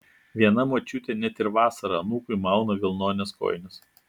viena močiutė net ir vasarą anūkui mauna vilnones kojines